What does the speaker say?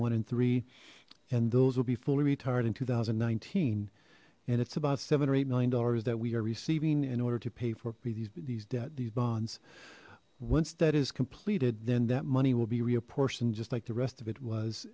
one and three and those will be fully retired in two thousand and nineteen and it's about seven or eight million dollars that we are receiving in order to pay for these but these debt these bonds once that is completed then that money will be reapportioned just like the rest of it